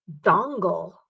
dongle